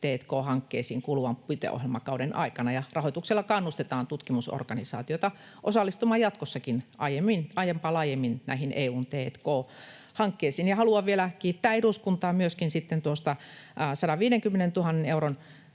t&k-hankkeisiin kuluvan puiteohjelmakauden aikana. Rahoituksella kannustetaan tutkimusorganisaatioita osallistumaan jatkossakin aiempaa laajemmin näihin EU:n t&k-hankkeisiin. Haluan vielä kiittää eduskuntaa myöskin tuosta 150 000 euron